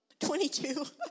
22